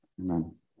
Amen